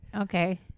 Okay